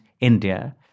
India